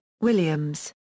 Williams